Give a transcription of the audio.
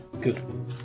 good